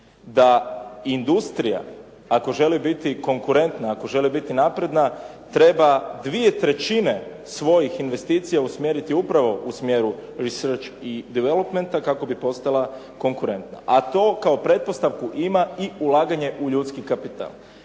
da industrija ako želi biti konkurentna, ako želi biti napredna treba 2/3 svojih investicija usmjeriti upravo u smjeru research i developmenta kako bi postala konkurentna, a to kao pretpostavku ima i ulaganje u ljudski kapital.